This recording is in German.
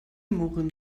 murren